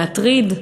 להטריד,